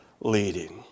leading